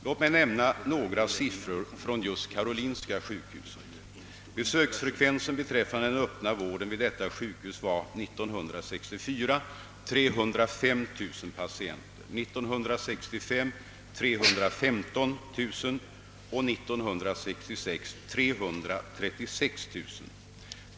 Låt mig nämna några siffror från karolinska sjukhuset. Besöksfrekvensen i den öppna vården vid detta sjukhus var 1964 305 000 patienter, 1965 315 000 och 1966 336 000.